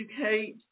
educate